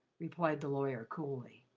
replied the lawyer coolly.